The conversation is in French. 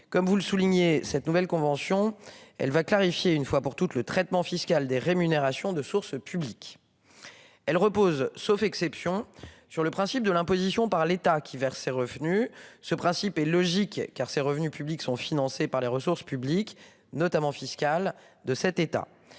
Comme vous le soulignez, cette nouvelle convention, elle va clarifier une fois pour toutes le traitement fiscal des rémunérations de sources publiques. Elles reposent sauf exceptions. Sur le principe de l'imposition par l'État qui verse revenus ce principe est logique car ses revenus publics sont financé par les ressources publiques notamment fiscales de cet État.